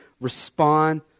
respond